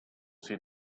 see